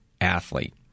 athlete